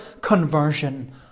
conversion